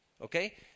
Okay